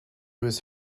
was